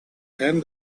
and